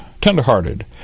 tenderhearted